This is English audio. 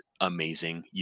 amazing